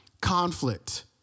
conflict